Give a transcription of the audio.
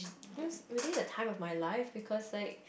it was really the time of my life because like